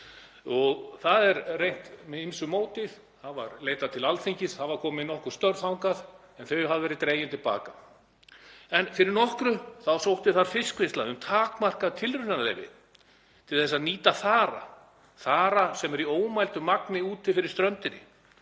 og það er reynt með ýmsu móti. Það var leitað til Alþingis og það hafa komið nokkur störf þangað en þau hafa verið dregin til baka. Fyrir nokkru sótti þar fiskvinnsla um takmarkað tilraunaleyfi til að nýta þara sem er í ómældu magni úti fyrir ströndinni.